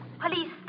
Police